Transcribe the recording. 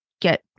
get